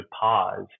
pause